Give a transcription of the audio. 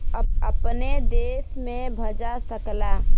अपने देश में भजा सकला